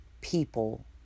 people